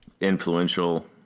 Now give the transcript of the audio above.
Influential